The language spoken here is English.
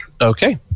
Okay